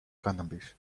cannabis